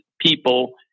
people